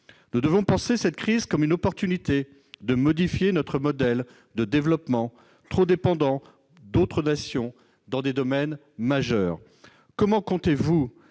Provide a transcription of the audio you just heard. Nous devons penser cette crise comme une occasion de modifier notre modèle de développement, trop dépendant d'autres nations dans des domaines majeurs. Monsieur